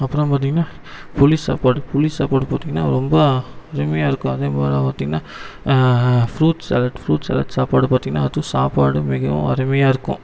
அப்பறமாக பார்த்தீங்கன்னா புளிச்சாப்பாடு புளி சாப்பாடு பார்த்தீங்கன்னா ரொம்ப அருமையாக இருக்கும் அதேப் போல பார்த்தீங்கன்னா ஃப்ரூட் சேலட் ஃப்ரூட் சேலட் சாப்பாடு பார்த்தீங்கன்னா அதுவும் சாப்பாடும் மிகவும் அருமையாக இருக்கும்